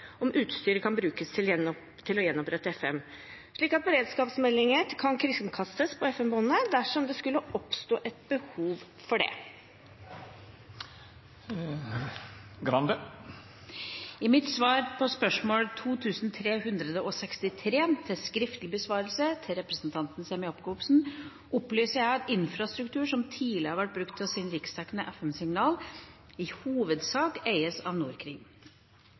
om utstyret kan brukes til å gjenopprette FM, slik at beredskapsmeldinger kan kringkastes på FM-båndet dersom det skulle oppstå et behov for det?» I mitt svar på spørsmål 2 363 til skriftlig besvarelse til representanten Sem-Jacobsen opplyser jeg at infrastruktur som tidligere har vært brukt til å sende riksdekkende FM-signaler, i hovedsak eies av Norkring,